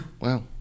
wow